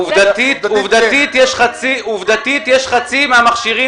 עובדתית, יש חצי מהמכשירים